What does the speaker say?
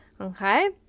okay